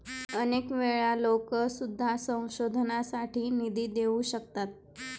अनेक वेळा लोकं सुद्धा संशोधनासाठी निधी देऊ शकतात